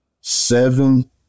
seven